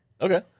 Okay